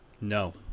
No